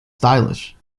stylish